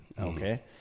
Okay